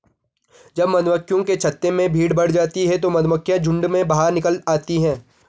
जब मधुमक्खियों के छत्ते में भीड़ बढ़ जाती है तो मधुमक्खियां झुंड में बाहर निकल आती हैं